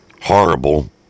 horrible